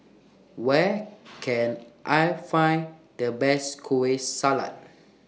Where Can I Find The Best Kueh Salat